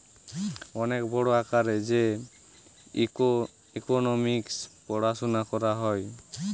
অনেক বড় আকারে যে ইকোনোমিক্স পড়াশুনা করা হয়